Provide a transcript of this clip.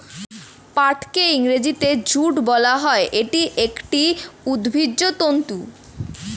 পাটকে ইংরেজিতে জুট বলা হয়, এটি একটি উদ্ভিজ্জ তন্তু